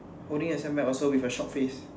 holding a sand bag also with a shocked face